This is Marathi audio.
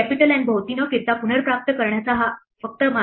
N भोवती न फिरता पुनर्प्राप्त करण्याचा हा फक्त मार्ग आहे